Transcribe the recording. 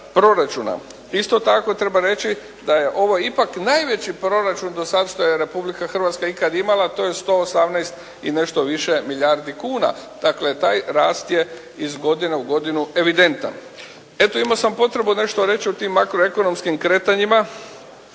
proračuna. Isto tako treba reći da je ovo ipak najveći proračun do sada što je Republika Hrvatska ikada imala, to je 118 i nešto više milijardi kuna. Dakle, taj rast je iz godine u godinu evidentan. Eto, imao sam potrebu nešto reći o tim makroekonomskim kretanjima